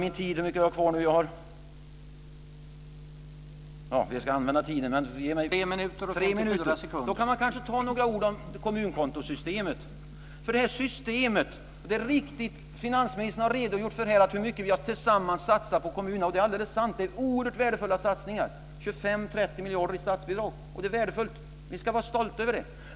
Jag har tre minuter kvar så jag kan säga några ord om kommunkontosystemet. Finansministern har redogjort för hur mycket vi tillsammans har satsat på kommunerna. Det är alldeles sant att det är oerhört värdefulla satsningar, 25-30 miljarder i statsbidrag. Det är värdefullt. Vi ska vara stolta över det.